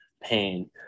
pain